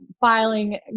filing